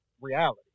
reality